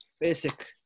basic